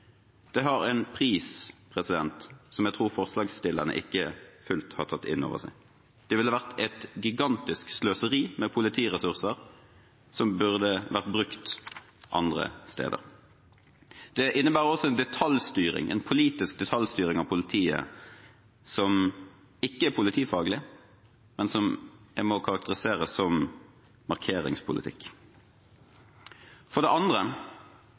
Det har en pris som jeg tror forslagsstillerne ikke fullt ut har tatt inn over seg. Det ville ha vært et gigantisk sløseri med politiressurser som burde ha vært brukt andre steder. Det innebærer også en politisk detaljstyring av politiet som ikke er politifaglig, men som en må karakterisere som markeringspolitikk. For det andre